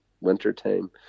wintertime